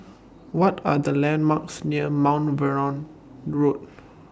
What Are The landmarks near Mount Vernon Road